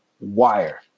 wire